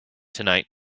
tonight